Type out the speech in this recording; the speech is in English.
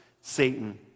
Satan